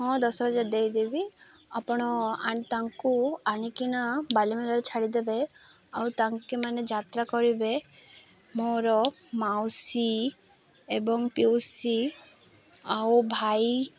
ହଁ ଦଶ ହଜାର ଦେଇଦେବି ଆପଣ ତାଙ୍କୁ ଆଣିକିନା ବାଲିମେଳାରେ ଛାଡ଼ିଦେବେ ଆଉ ତାଙ୍କେମାନେ ଯାତ୍ରା କରିବେ ମୋର ମାଉସୀ ଏବଂ ପିଉସୀ ଆଉ ଭାଇ